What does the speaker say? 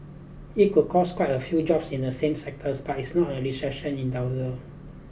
it could cost quite a few jobs in the same sectors but it's not a recession inducer